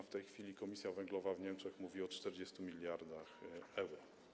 W tej chwili komisja węglowa w Niemczech mówi o 40 mld euro.